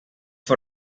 for